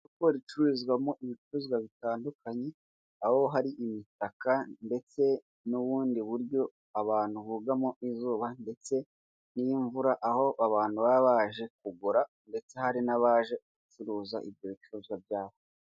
Isoko ricururizwamo ibicuruzwa bitandukanye aho hari imitaka ndetse n'ubundi buryo abantu bugamamo izuba ndetse n'imvura aho abantu baba baje kugura ndetse hari n'abaje gucuruza ibyo bicuruzwa byabo.